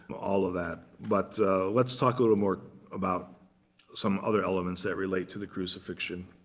all of that. but let's talk a little more about some other elements that relate to the crucifixion.